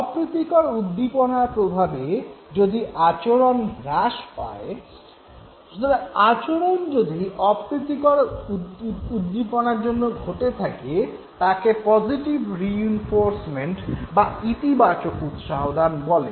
অপ্রীতিকর উদ্দীপনার প্রভাবে যদি আচরণ হ্রাস পায় সুতরাং আচরণ হ্রাস যদি অপ্রীতিকর উদ্দীপনার জন্য ঘটে থাকে তাকে পজিটিভ রিইনফোর্সমেন্ট বা ইতিবাচক উৎসাহদান বলে